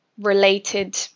related